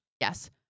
Yes